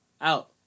out